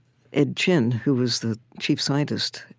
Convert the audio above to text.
ed chin, who was the chief scientist.